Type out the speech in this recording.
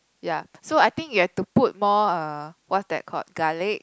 ya so I think you have to put more uh what is that called garlic